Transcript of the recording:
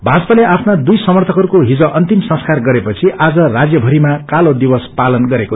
भाजपाले आफ्ना दुइ समर्थकहरूको हिज अन्तिम संस्कार गरेपछि आज राज्यभरिमा कालो दिवस मनाइयो